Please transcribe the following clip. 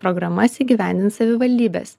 programas įgyvendins savivaldybės